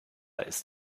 ist